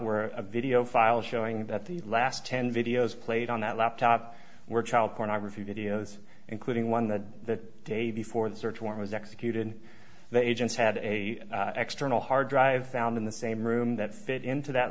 were a video file showing that the last ten videos played on that laptop were child pornography videos including one that day before the search warrant was executed the agents had a external hard drive found in the same room that fit into that